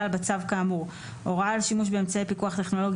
בצו כאמור הוראה על שימוש באמצעי פיקוח טכנולוגי